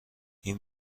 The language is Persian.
این